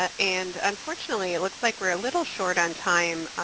ah and unfortunately, it looks like we're a little short on time,